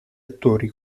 attori